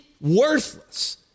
worthless